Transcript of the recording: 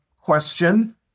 Question